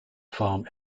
farm